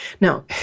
Now